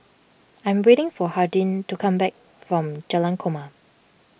I am waiting for Hardin to come back from Jalan Korma